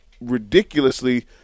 ridiculously